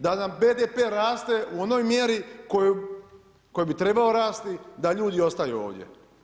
Da nam BDP raste u onoj mjeri kojoj bi trebao rasti, da ljudi ostaju ovdje.